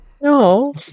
No